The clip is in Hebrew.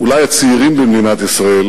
שאולי הצעירים במדינת ישראל